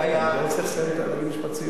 רגע, משפט סיום.